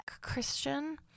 Christian